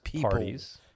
parties